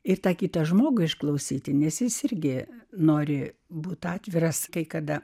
ir tą kitą žmogų išklausyti nes jis irgi nori būti atviras kai kada